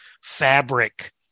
fabric